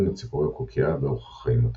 לציפורי הקוקייה באורח החיים הטפילי.